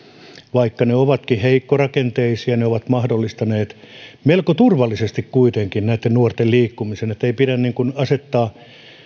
vaikka ne ovatkin heikkorakenteisia ne ovat mahdollistaneet melko turvallisesti kuitenkin näitten nuorten liikkumisen että ei pidä asettaa